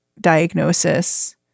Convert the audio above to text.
diagnosis